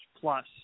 Plus